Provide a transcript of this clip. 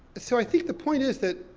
so i think the point is that,